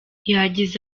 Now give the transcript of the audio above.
yagize